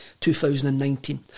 2019